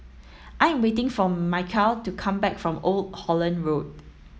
I am waiting for Michial to come back from Old Holland Road